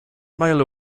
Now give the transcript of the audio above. mail